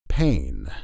Pain